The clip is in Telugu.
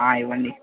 ఇవ్వండి